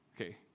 Okay